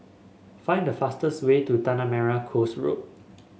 find the fastest way to Tanah Merah Coast Road